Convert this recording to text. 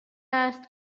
است